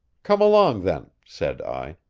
come along then, said i.